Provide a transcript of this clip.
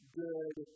good